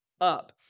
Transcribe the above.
up